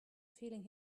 feeling